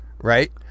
Right